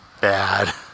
bad